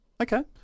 Okay